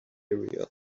area